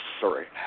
sorry